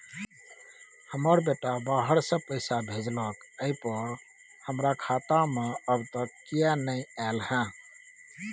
हमर बेटा बाहर से पैसा भेजलक एय पर हमरा खाता में अब तक किये नाय ऐल है?